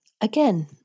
Again